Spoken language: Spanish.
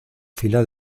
fila